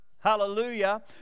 Hallelujah